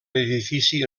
edifici